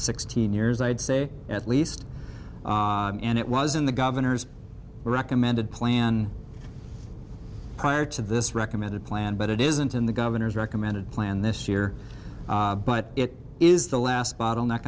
sixteen years i'd say at least and it was in the governor's recommended plan prior to this recommended plan but it isn't in the governor's recommended plan this year but it is the last bottleneck